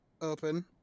open